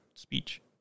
speech